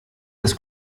des